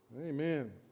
Amen